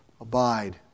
Abide